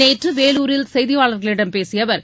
நேற்று வேலூரில் செய்தியாளர்களிடம் பேசிய அவர்